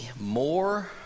more